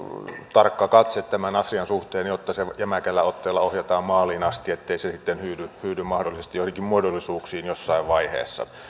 tarkka katse tämän asian suhteen jotta se jämäkällä otteella ohjataan maaliin asti ettei se sitten hyydy hyydy mahdollisesti joihinkin muodollisuuksiin jossain vaiheessa